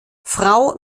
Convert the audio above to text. frau